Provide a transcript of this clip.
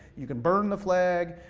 you can burn the flag,